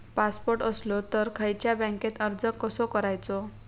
Passport असलो तर खयच्या बँकेत अर्ज कसो करायचो?